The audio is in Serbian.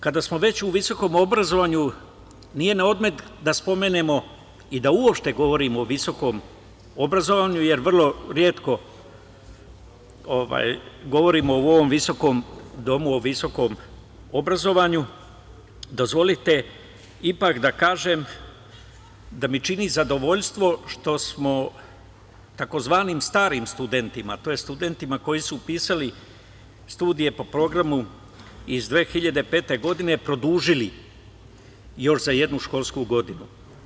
Kada smo već u visokom obrazovanju, nije na odmet da spomenemo i da uopšte govorimo o visokom obrazovanju, jer vrlo retko govorimo u ovom viskom domu o visokom obrazovanju, dozvolite ipak da kažem da mi čini zadovoljstvo što smo takozvanim starim studentima, to jest studentima koji su upisali studije po programu iz 2005. godine, produžili još za jednu školsku godinu.